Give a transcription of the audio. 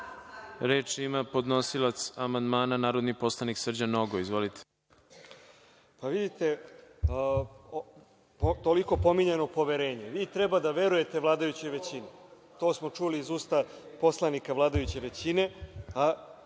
ima podnosilac amandmana narodni poslanik Srđan Nogo. **Srđan Nogo** Vidite, toliko pominjano poverenje. Vi treba da verujete vladajućoj većini. To smo čuli iz usta poslanika vladajuće većine,